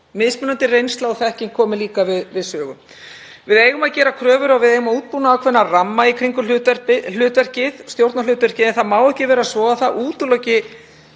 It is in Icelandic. mismunandi reynsla og þekking komi líka við sögu. Við eigum að gera kröfur og við eigum að útbúa ákveðna ramma í kringum stjórnarhlutverkið en það má ekki vera svo að það útiloki